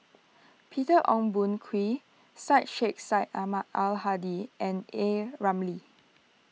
Peter Ong Boon Kwee Syed Sheikh Syed Ahmad Al Hadi and A Ramli